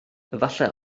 efallai